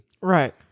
Right